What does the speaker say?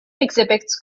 exhibits